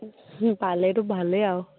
পালেতো ভালেই আৰু